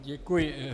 Děkuji.